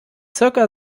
zirka